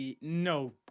No